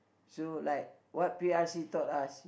so like what P_R_C taught us